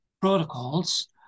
protocols